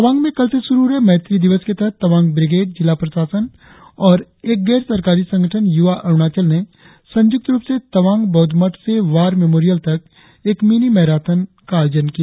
तवांग में कल से शुरु हो रहे मैत्री दिवस के तहत तवांग ब्रिगेड जिला प्रशासन और एक गैर सरकारी संगठन यूवा अरुणाचल ने संयूक्त रुप से तवांव बौद्ध मठ से वार मेमोरियल तक एक मिनी मैराथन का आयोजन किया